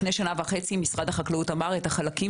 לפני שנה וחצי משרד החקלאות אמר את החלקים